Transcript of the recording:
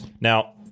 Now